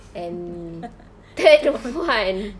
and tear to fun